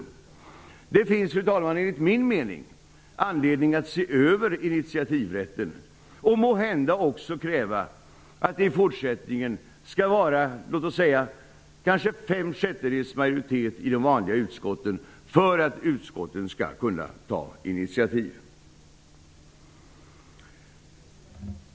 Enligt min mening, fru talman, finns det anledning att se över initiativrätten, och måhända också kräva att det i fortsättningen skall vara fem sjättedels majoritet i de vanliga utskotten för att utskotten skall kunna ta initiativ.